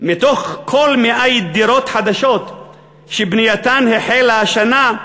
מתוך כל 100 דירות חדשות שבנייתן החלה השנה,